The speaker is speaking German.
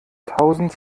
tausend